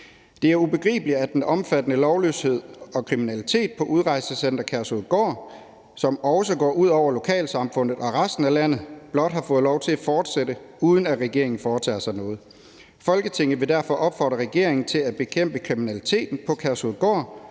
Det er ubegribeligt, at den omfattende lovløshed og kriminalitet på Udrejsecenter Kærshovedgård, som også går ud over lokalsamfundet og resten af landet, blot har fået lov til at fortsætte, uden at regeringen foretager sig noget. Folketinget vil derfor opfordre regeringen til at bekæmpe kriminaliteten på Udrejsecenter